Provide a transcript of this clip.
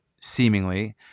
seemingly